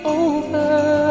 over